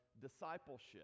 discipleship